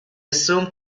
assume